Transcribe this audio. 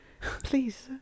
Please